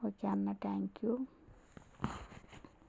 okay అన్నా thank you